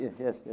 yes